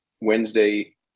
Wednesday